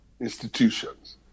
institutions